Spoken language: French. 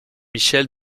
michel